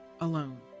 alone